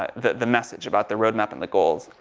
ah the, the message about the roadmap and the goals,